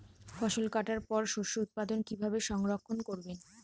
ফসল কাটার পর শস্য উৎপাদন কিভাবে সংরক্ষণ করবেন?